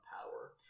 power